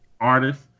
artist